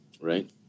Right